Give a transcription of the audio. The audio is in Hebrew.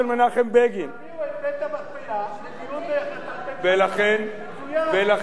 תביאו את, ולכן, בעניין זה,